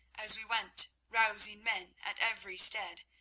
as we went rousing men at every stead,